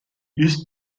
ist